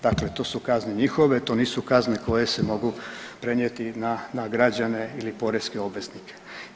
Dakle, to su kazne njihove, to nisu kazne koje se mogu prenijeti na, na građane ili poreske obveznike.